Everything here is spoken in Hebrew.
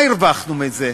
מה הרווחנו מזה?